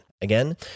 Again